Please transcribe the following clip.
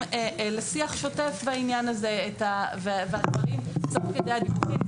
לשיח שוטף בעניין הזה והדברים הם תוך כדי הדיווחים.